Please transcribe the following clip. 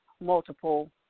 multiple